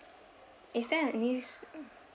is there a list